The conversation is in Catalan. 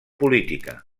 política